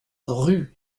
rue